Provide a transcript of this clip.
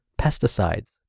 pesticides